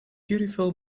beautiful